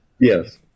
Yes